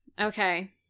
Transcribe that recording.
Okay